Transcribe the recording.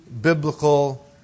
biblical